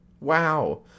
Wow